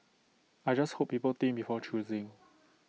I just hope people think before choosing